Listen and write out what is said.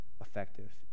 effective